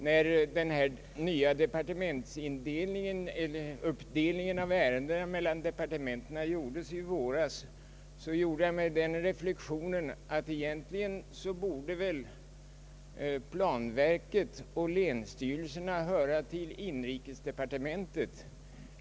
När den nya uppdelningen av ärendena mellan departementen skedde i våras gjorde jag den reflexionen att egentligen borde planverket och länsstyrelserna höra till inrikesdepartementet.